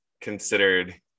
considered